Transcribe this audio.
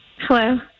Hello